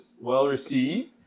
well-received